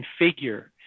configure